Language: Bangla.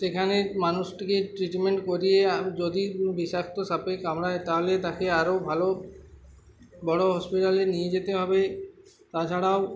সেখানে মানুষটিকে ট্রিটমেন্ট করিয়ে যদি বিষাক্ত সাপে কামড়ায় তাহলে তাকে আরও ভালো বড়ো হসপিটালে নিয়ে যেতে হবে তাছাড়াও